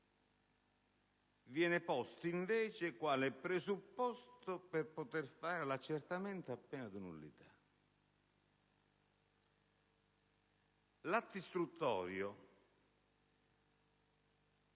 viene posto invece quale presupposto per poter fare l'accertamento a pena di nullità. L'atto istruttorio